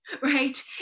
right